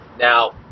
Now